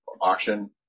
auction